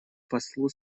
послу